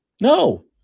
No